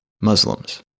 Muslims